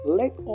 let